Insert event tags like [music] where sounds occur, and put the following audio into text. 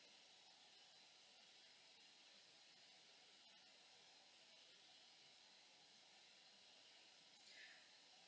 [breath]